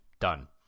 done